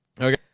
Okay